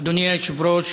אדוני היושב-ראש,